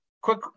quick